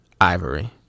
Ivory